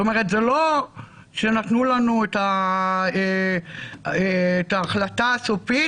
זאת אומרת, זה לא שנתנו לנו את ההחלטה הסופית.